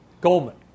Goldman